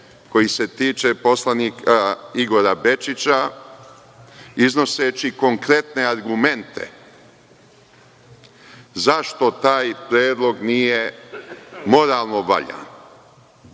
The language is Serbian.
koji se tiče poslanika Igora Bečića, iznoseći konkretne argumente, zašto taj predlog nije moralno valjan.